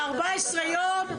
14 יום.